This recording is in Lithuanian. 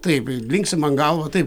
taip linksi man galvą taip